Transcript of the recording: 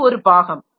அது ஒரு பாகம்